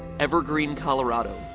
evergreen, colorado.